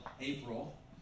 April